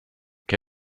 che